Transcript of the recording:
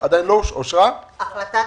שניים של הכללית, והשאר ציבוריים או פרטיים.